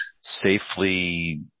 safely